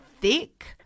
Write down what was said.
thick